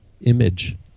image